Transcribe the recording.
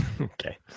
Okay